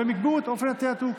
ולקבוע את אופן התעתוק.